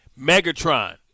Megatron